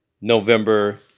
november